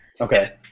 Okay